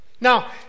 Now